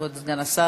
כבוד סגן השר,